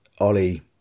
ollie